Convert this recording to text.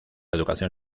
educación